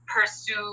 Pursue